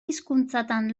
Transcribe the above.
hizkuntzatan